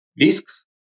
risks